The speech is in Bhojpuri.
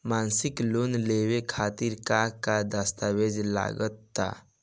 मसीक लोन लेवे खातिर का का दास्तावेज लग ता?